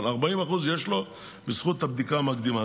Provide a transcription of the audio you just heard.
אבל 40% יש לו בזכות הבדיקה המקדימה.